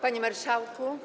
Panie Marszałku!